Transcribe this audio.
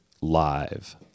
live